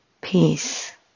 peace